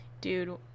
Dude